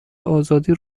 آزادی